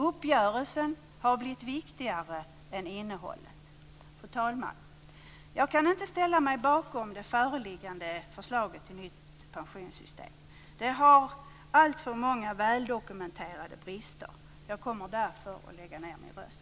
Uppgörelsen har blivit viktigare än innehållet. Fru talman! Jag kan inte ställa mig bakom det föreliggande förslaget till nytt pensionssystem. Det har alltför många väldokumenterade brister. Jag kommer därför att lägga ned min röst.